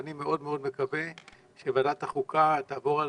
אני מקווה מאוד שוועדת החוקה תעבור על